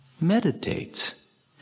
meditates